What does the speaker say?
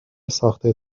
ساخته